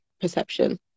perception